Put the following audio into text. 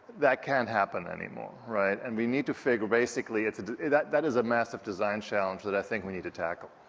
that can't happen anymore, right, and we need to figure, basically. that that is a massive design challenge that i think we need to tackle.